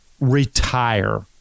retire